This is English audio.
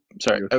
Sorry